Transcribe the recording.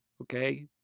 okay